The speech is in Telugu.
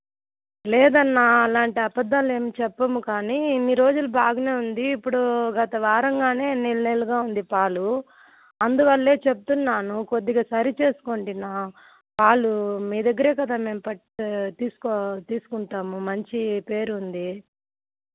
లేదన్నా అలాంటి అబద్దాలు నేను చెప్పను కానీ ఇన్ని రోజులు బాగానే ఉంది ఇప్పుడు గత వారంగానే నీళ్ళు నీళ్ళుగా ఉంది పాలు అందువల్లే చెప్తున్నాను కొద్దిగా సరి చేసుకోండి అన్నా పాలు మీ దగ్గరే కదా మేం ప తీసుకుం తీసుకుంటాము మంచి పేరు ఉంది